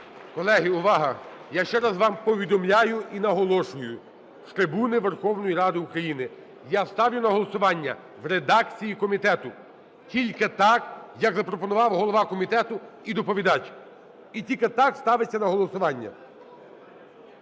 Колеги, увага! Я ще раз вам повідомляю і наголошую з трибуни Верховної Ради України. Я ставлю на голосування в редакції комітету. Тільки так, як запропонував голова комітету і доповідач. І тільки так ставиться на голосування.